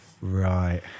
Right